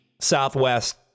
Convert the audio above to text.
Southwest